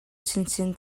chinchin